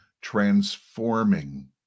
transforming